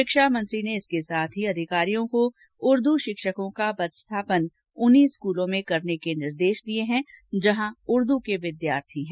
शिक्षामंत्री इसके साथ ही अधिकारियों को उर्दू शिक्षकों का पदस्थापन उन्हीं स्कूलों में करने के निर्देश दिये हैं जहां उर्दू के विद्यार्थी हैं